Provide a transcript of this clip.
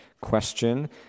question